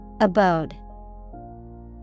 Abode